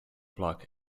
plug